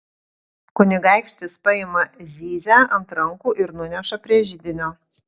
kunigaikštis paima zyzią ant rankų ir nuneša prie židinio